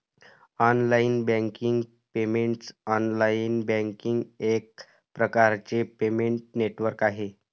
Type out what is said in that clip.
online banking payments online banking एक प्रकारचे payment network आहे